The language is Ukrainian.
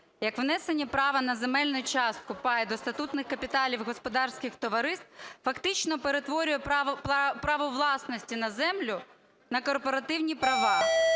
як внесення права на земельну частку (пай) до статутних капіталів господарських товариств фактично перетворює право власності на землю на корпоративні права.